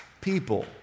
people